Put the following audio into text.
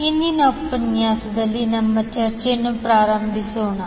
ಇಂದಿನ ಉಪನ್ಯಾಸದ ನಮ್ಮ ಚರ್ಚೆಯನ್ನು ಪ್ರಾರಂಭಿಸೋಣ